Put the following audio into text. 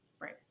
right